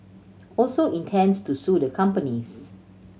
also intends to sue the companies